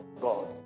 God